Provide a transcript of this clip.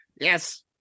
Yes